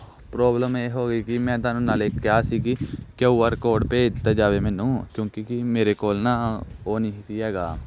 problem ਇਹ ਹੋ ਗਈ ਵੀ ਮੈਂ ਤੁਹਾਨੂੰ ਨਾਲੇ ਕਿਹਾ ਸੀ ਕਿ ਕਿਊ ਆਰ ਕੋਡ ਭੇਜ ਦਿੱਤਾ ਜਾਵੇ ਮੈਨੂੰ ਕਿਉਂਕਿ ਕਿ ਮੇਰੇ ਕੋਲ ਨਾ ਉਹ ਨਹੀਂ ਸੀ ਹੈਗਾ